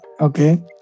okay